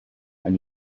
and